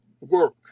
work